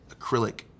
acrylic